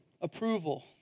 Approval